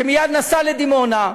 שמייד נסע לדימונה,